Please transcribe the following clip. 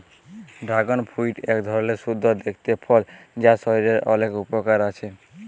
dragon fruit এক ধরলের সুন্দর দেখতে ফল যার শরীরের অলেক উপকার আছে